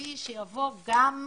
תקציבי שיבוא גם מהתפוצות.